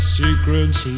secrets